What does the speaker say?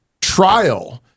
trial